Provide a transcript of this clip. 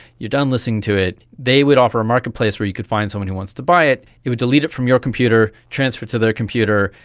you're done listening to it, they would offer a marketplace where you could find someone who wants to buy it, it would delete it from your computer, transfer it to their computer,